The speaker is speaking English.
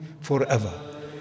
forever